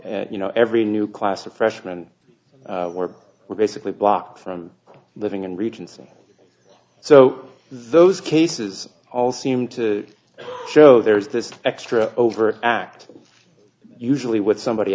and you know every new class of freshman where we're basically blocked from living and regency so those cases all seem to show there's this extra overt act usually with somebody